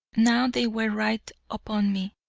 now they were right upon me.